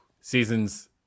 seasons